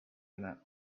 innit